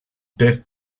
death